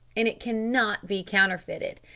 and it cannot be counterfeited.